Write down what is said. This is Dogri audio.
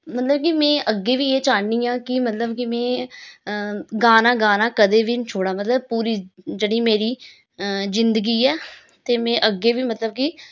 मतलब कि मि अग्गें बी एह् चाह्न्नी आं कि मतलब कि में गाना गाना कदें बी नी छोड़ां मतलब पूरी जेह्ड़ी मेरी जिंदगी ऐ ते में अग्गें बी मतलब कि